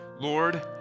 Lord